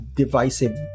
divisive